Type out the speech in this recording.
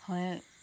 হয়